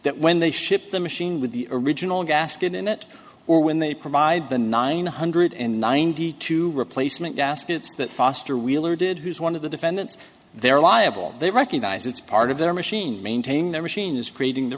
that when they ship the machine with the original gasket in it or when they provide the nine hundred ninety two replacement gaskets that foster wheeler did who's one of the defendants they're liable they recognize it's part of their machine maintaining their machine is creating the